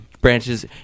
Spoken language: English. branches